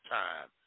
time